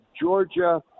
Georgia